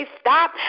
Stop